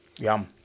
Yum